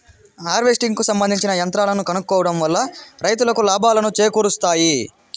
harvesting కు సంబందించిన యంత్రాలను కొనుక్కోవడం వల్ల రైతులకు లాభాలను చేకూరుస్తాయి